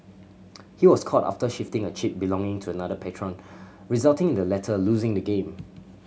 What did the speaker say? he was caught after shifting a chip belonging to another patron resulting in the latter losing the game